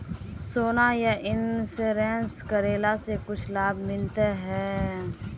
सोना यह इंश्योरेंस करेला से कुछ लाभ मिले है?